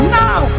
now